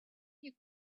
you